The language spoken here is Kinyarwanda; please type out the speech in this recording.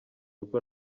uko